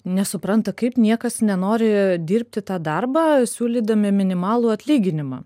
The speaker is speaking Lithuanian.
nesupranta kaip niekas nenori dirbti tą darbą siūlydami minimalų atlyginimą